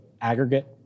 aggregate